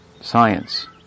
science